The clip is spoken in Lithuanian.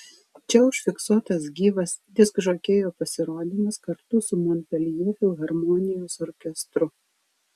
čia užfiksuotas gyvas diskžokėjo pasirodymas kartu su monpeljė filharmonijos orkestru